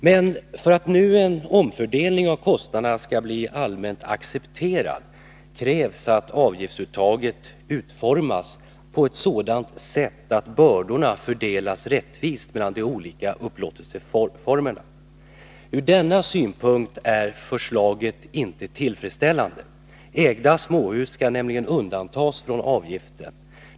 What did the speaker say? Men för att en omfördelning av kostnaderna skall bli allmänt accepterad krävs att avgiftsuttaget utformas på ett sådant sätt att bördorna fördelas rättvist mellan de olika upplåtelseformerna. Från denna synpunkt är förslaget dock inte tillfredsställande. Ägda småhus skall nämligen undantas från avgiften.